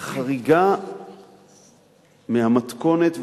חריגה מהמתכונת.